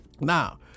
Now